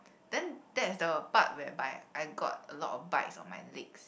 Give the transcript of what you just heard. then that is the part whereby I got a lot of bites on my legs